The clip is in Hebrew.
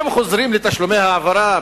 אם חוזרים לתשלומי העברה,